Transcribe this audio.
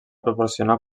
proporcionar